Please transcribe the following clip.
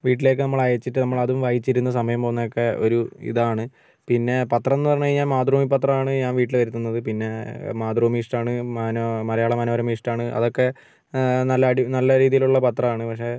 വീട്ടിലേക്ക് നമ്മൾ അയച്ചിട്ട് നമ്മൾ അതും വായിച്ചിരുന്നു സമയം പോകുന്നതൊക്കെ ഒരു ഇതാണ് പിന്നെ പത്രംന്നു പറഞ്ഞുകഴിഞ്ഞാൽ മാതൃഭൂമി പത്രമാണ് ഞാൻ വീട്ടിൽ വരുത്തുന്നത് പിന്നെ മാതൃഭൂമി ഇഷ്ടമാണ് മനോ മലയാള മനോരമ ഇഷ്ടമാണ് അതൊക്കെ നല്ല അടി നല്ല രീതിയിലുള്ള പത്രമാണ് പക്ഷേ